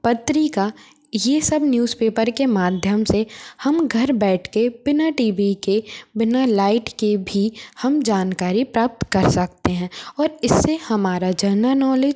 पत्रिका ये सब न्यूज़पेपर के माध्यम से हम घर बैठ कर बिना टी भी के बिना लाईट के भी हम जानकारी प्राप्त कर सकते हैं और इस से हमारा जेनल नौलेज